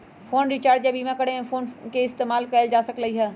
phone recharge या बीमा करे में फोनपे के इस्तेमाल कएल जा सकलई ह